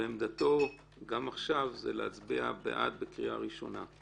ועמדתו גם עכשיו זה להצבעה בעד בקריאה ראשונה.